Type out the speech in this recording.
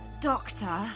Doctor